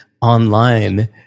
online